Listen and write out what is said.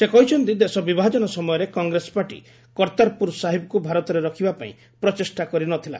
ସେ କହିଛନ୍ତି ଦେଶ ବିଭାଜନ ସମୟରେ କଂଗ୍ରେସ ପାର୍ଟି କର୍ତ୍ତାରପୁର ସାହିବକୁ ଭାରତରେ ରଖିବା ପାଇଁ ପ୍ରଚେଷ୍ଟା କରିନଥିଲା